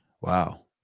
Wow